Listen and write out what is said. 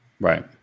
right